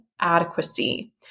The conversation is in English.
adequacy